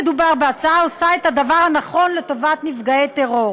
מדובר בהצעה העושה את הדבר הנכון לטובת נפגעי טרור